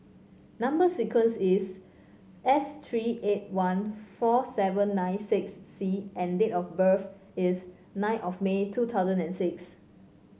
number sequence is S tree eight one four seven nine six C and date of birth is nine May two thousand and six